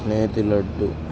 నేతిలడ్డు